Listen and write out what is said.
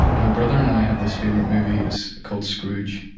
my brother and i have this favourite movie. it's called scrooge.